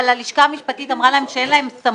אבל הלשכה המשפטית אמרה להם שאין להם סמכות,